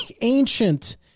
Ancient